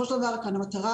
המטרה,